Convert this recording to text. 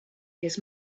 his